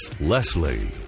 Leslie